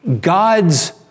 God's